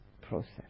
process